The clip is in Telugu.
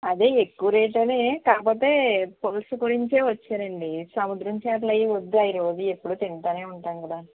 అదే ఎక్కువ రేటే కాకపోతే పులస గురించే వచ్చానండీ సముద్రం చేపలవి వద్దు అవి రోజు ఎప్పుడు తింటూనే ఉంటాం కదా